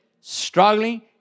struggling